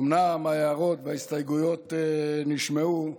אומנם ההערות וההסתייגויות נשמעו,